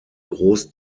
groß